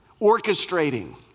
orchestrating